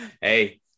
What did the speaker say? Hey